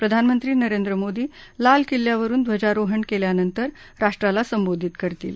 प्रधानमंत्री नरेंद्र मोदी लाल किल्यावरनं ध्वाजारोहण केल्यानंतर राष्ट्राला संबोधित करतील